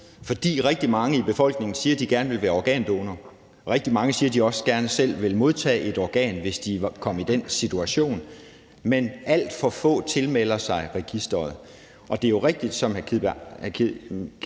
fordi rigtig mange i befolkningen siger, at de gerne vil være organdonorer, og rigtig mange siger, at de også gerne selv ville modtage et organ, hvis de kom i den situation, men alt for få tilmelder sig registeret. Det er jo rigtigt, som hr. Kim Edberg